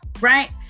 right